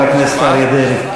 חבר הכנסת אריה דרעי.